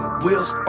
wheels